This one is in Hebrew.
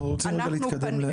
אנחנו רוצים רגע להתקדם.